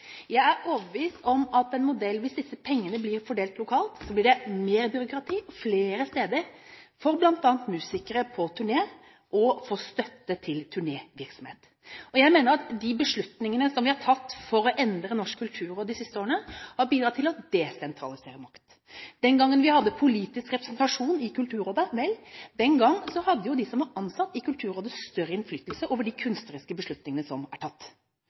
Jeg er overbevist om at en modell der disse pengene blir fordelt lokalt, gir mer byråkrati flere steder, bl.a. for musikere når det gjelder å få støtte til turnévirksomhet. Jeg mener at de beslutningene vi har tatt for å endre Norsk kulturråd de siste årene, har bidratt til å desentralisere makt. Den gangen vi hadde politisk representasjon i Kulturrådet, hadde de som var ansatt i Kulturrådet, større innflytelse over de kunstneriske beslutningene som ble tatt.